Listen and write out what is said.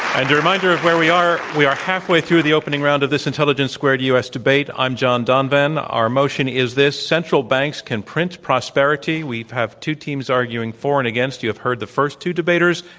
and a reminder of where we are, we are halfway through the opening round of this intelligence squared u. s. debate. i'm john donvan. our motion is this, central banks can print prosperity. we have two teams arguing for and against. you have heard the first two debaters,